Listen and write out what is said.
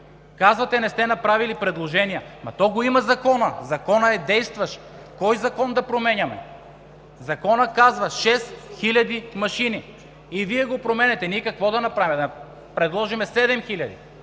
Казвате, че не сме направили предложения? Ама то го има в Закона, законът е действащ. Кой закон да променяме? Законът казва: 6 хиляди машини. И Вие го променяте. Ние какво да направим, да предложим 7